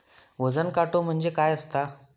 वजन काटो म्हणजे काय असता?